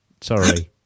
Sorry